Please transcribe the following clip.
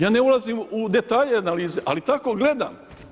Ja ne ulazim u detalje analize, ali tako gledam.